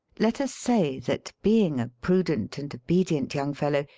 let us say that, being a prudent and obedient young fellow,